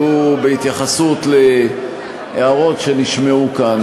והוא בהתייחסות להערות שנשמעו כאן,